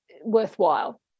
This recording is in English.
worthwhile